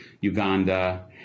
Uganda